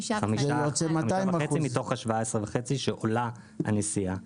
זה יוצא 200%. 5.5 מתוך ה-17.5 שעולה הנסיעה.